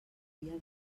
dia